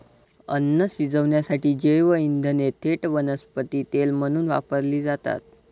अन्न शिजवण्यासाठी जैवइंधने थेट वनस्पती तेल म्हणून वापरली जातात